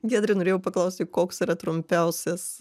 giedre norėjau paklausti koks yra trumpiausias